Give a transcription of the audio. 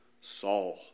Saul